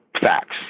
facts